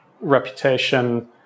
reputation